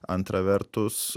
antra vertus